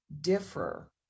differ